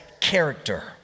character